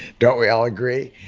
don't we all agree?